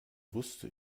wusste